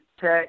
Tech